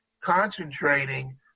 concentrating